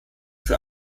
für